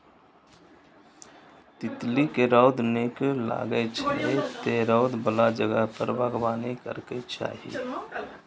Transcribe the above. तितली कें रौद नीक लागै छै, तें रौद बला जगह पर बागबानी करैके चाही